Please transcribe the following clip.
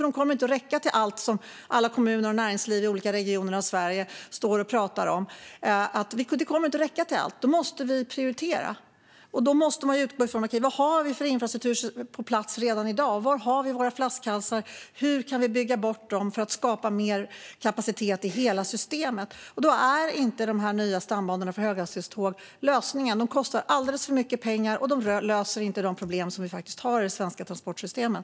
De kommer inte att räcka till allt som alla kommuner och näringsliv i olika regioner i Sverige talar om. Vi måste då prioritera. Vad har vi för infrastruktur på plats redan i dag? Var har vi våra flaskhalsar? Hur kan vi bygga bort dem för att skapa mer kapacitet i hela systemet? Då är inte de nya stambanorna för höghastighetståg lösningen. De kostar alldeles för mycket pengar, och de löser inte de problem vi har i det svenska transportsystemet.